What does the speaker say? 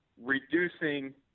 reducing